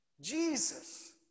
Jesus